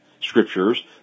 scriptures